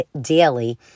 daily